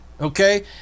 Okay